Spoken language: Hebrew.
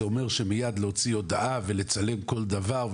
זה אומר שמיד להוציא הודעה ולצלם כל דבר,